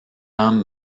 homme